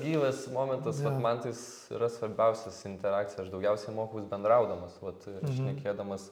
gyvas momentas vat man tai jis yra svarbiausias interakcija aš daugiausiai mokiaus bendraudamas vat šnekėdamas